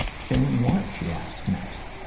failing what she asks next.